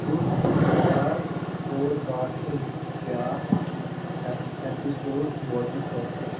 بہٕ چھُس تیار پوڑ کاسٹس بیٛاکھ ایپسوڑ بوزنہٕ خٲطرٕ